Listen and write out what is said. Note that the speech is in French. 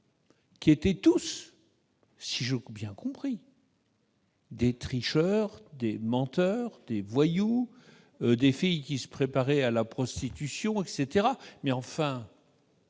qui étaient tous, si j'ai bien compris, des tricheurs, des menteurs, des voyous, et des filles qui se préparaient à la prostitution. Cela